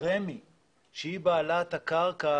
רשות מקרקעי ישראל שהיא בעלת הקרקע,